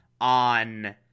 on